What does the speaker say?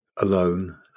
Alone